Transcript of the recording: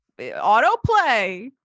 autoplay